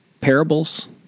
parables